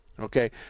Okay